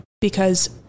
because-